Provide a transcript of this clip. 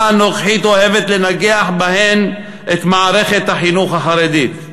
הנוכחית אוהבת לנגח בהן את מערכת החינוך החרדית.